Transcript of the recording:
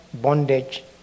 bondage